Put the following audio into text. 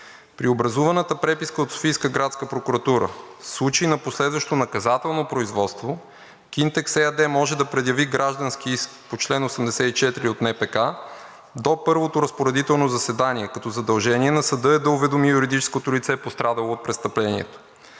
При образуваната преписка от Софийска градска прокуратура в случай на последващо наказателно производство, „Кинтекс“ ЕАД може да предяви граждански иск по чл. 84 от НПК до първото разпоредително заседание, като задължение на съда е да уведоми юридическото лице, пострадало от престъплението.